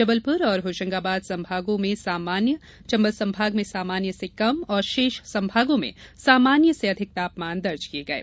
जबलपुर और होशंगाबाद संभागों में सामान्य चंबल संभाग में सामान्य से कम और शेष संभागों में सामान्य से अधिक तापमान दर्ज किये गये